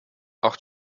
auch